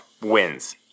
wins